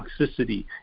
toxicity